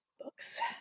Books